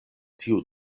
tiu